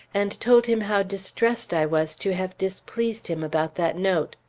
and told him how distressed i was to have displeased him about that note.